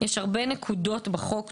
הרבה נקודות בחוק טובות,